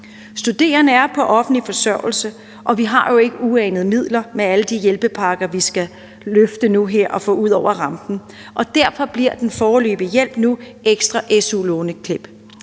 Studerende er på offentlig forsørgelse, og vi har jo ikke uanede midler med alle de hjælpepakker, vi skal løfte nu her og få ud over rampen. Og derfor bliver den foreløbige hjælp nu ekstra su-lån.